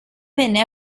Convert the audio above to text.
venne